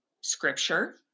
scripture